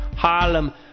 Harlem